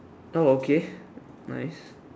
oh okay nice